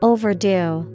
Overdue